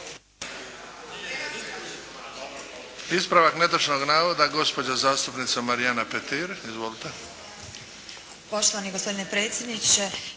Ispravak netočnog navoda gospođa zastupnica Marijana Petir. Izvolite! **Petir, Marijana (HSS)** Poštovani gospodine predsjedniče!